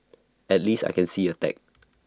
at least I can see A tag